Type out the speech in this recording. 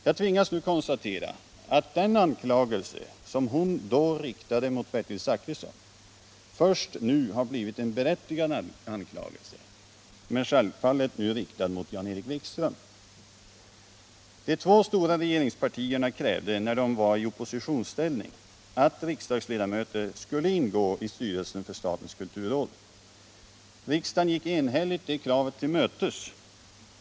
Jag tvingas konstatera att den anklagelse som hon då riktade mot Bertil Zachrisson först nu har blivit en berättigad anklagelse, men självfallet riktad mot Jan-Erik Wikström. De två stora regeringspartierna krävde, när de var i oppositionsställning, att riksdagsledamöter skulle ingå i styrelsen för statens kulturråd. Riksdagen gick enhälligt det kravet till mötes.